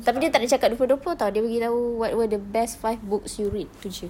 tapi dia tak ada cakap dua puluh dua puluh tahu dia bagi tahu what were the best five books you read itu saja